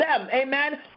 Amen